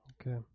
Okay